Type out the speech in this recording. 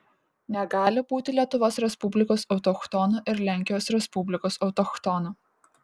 negali būti lietuvos respublikos autochtonų ir lenkijos respublikos autochtonų